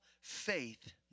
faith